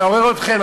מעורר אתכם,